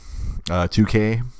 2K